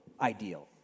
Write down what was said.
ideal